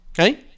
Okay